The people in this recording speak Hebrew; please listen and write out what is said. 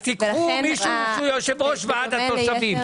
אז תיקחו מישהו שהוא יושב-ראש ועד התושבים.